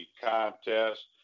contest